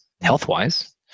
health-wise